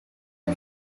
few